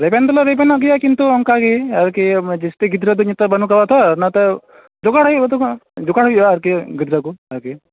ᱨᱮᱵᱮᱱ ᱫᱚᱞᱮ ᱨᱮᱵᱮᱱᱚᱜ ᱜᱮᱭᱟ ᱠᱤᱱᱛᱩ ᱚᱱᱠᱟ ᱜᱮ ᱟᱨᱠᱤ ᱟᱢᱟ ᱡᱟᱹᱥᱛᱤ ᱜᱤᱫᱽᱨᱟᱹ ᱱᱮᱛᱟᱨ ᱵᱟᱱᱩᱜ ᱠᱟᱫᱟ ᱛᱚ ᱚᱱᱟ ᱛᱮ ᱡᱚᱜᱟᱲ ᱦᱩᱭᱩᱜᱼᱟ ᱟᱛᱳ ᱠᱷᱚᱡ ᱡᱚᱜᱟᱲ ᱦᱩᱭᱩᱜᱼᱟ ᱟᱨᱠᱤ ᱜᱤᱫᱽᱨᱟᱹ ᱠᱚ ᱟᱨᱠᱤ